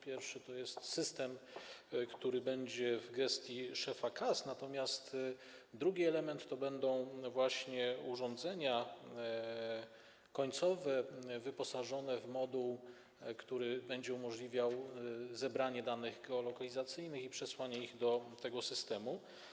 Pierwszy to system, który będzie w gestii szefa KAS, natomiast drugi element to będą właśnie urządzenia końcowe wyposażone w moduł, który będzie umożliwiał zebranie danych geolokalizacyjnych i przesłanie ich do tego systemu.